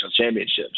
championships